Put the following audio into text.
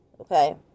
Okay